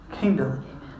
kingdom